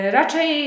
raczej